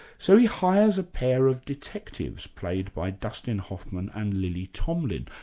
so he hires a pair of detectives, played by dustin hoffman and lily tomlin.